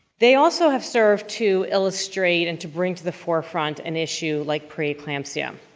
they also have served to illustrate and to bring to the forefront an issue like preeclampsia.